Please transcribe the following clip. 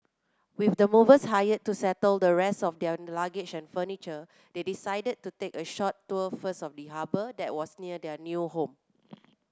with the movers hired to settle the rest of their luggage and furniture they decided to take a short tour first of the harbour that was near their new home